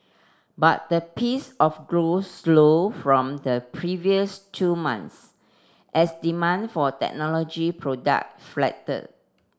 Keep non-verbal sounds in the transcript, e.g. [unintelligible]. but the peace of growth slow from the previous two months as demand for technology product [unintelligible]